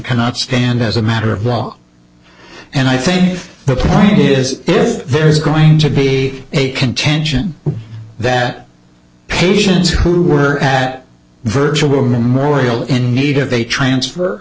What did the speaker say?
stand as a matter of law and i think the point is this there is going to be a contention that patients who were at virtual memorial in need of a transfer